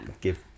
give